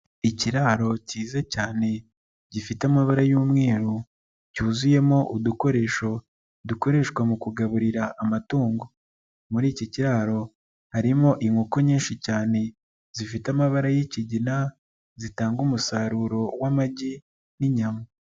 Ikiraro kiza cyane gifite amabara y'umweru, cyuzuyemo udukoresho dukoreshwa mu kugaburira amatungo. Muri iki kiraro harimo inkoko nyinshi cyane zifite amabara y'ikigina zitanga umusaruro w'amagi n'inyama.